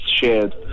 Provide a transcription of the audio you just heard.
shared